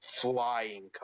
flying